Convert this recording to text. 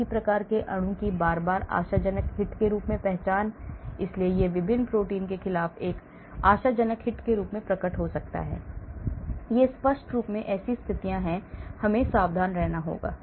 एक ही प्रकार के अणु की बार बार आशाजनक हिट के रूप में पहचान इसलिए यह विभिन्न प्रोटीन के खिलाफ एक आशाजनक हिट के रूप में प्रकट हो सकता है इसलिए स्पष्ट रूप से ऐसी स्थितियों में हमें सावधान रहना होगा